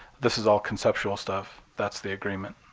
this is all conceptual stuff. that's the agreement.